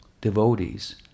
devotees